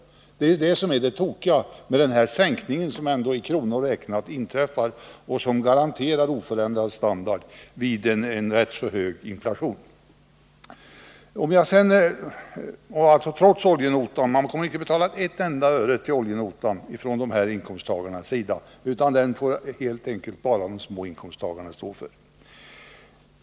Det är detta som är det tokiga med den här sänkningen, som ändå i kronor räknat sker och som garanterar oförändrad standard åt den högre inkomsttagaren vid en rätt hög inflation. Detta sker trots oljenotan, ty dessa inkomsttagare kommer inte att betala ett enda öre för denna. Den får helt enkelt de små inkomsttagarna stå för.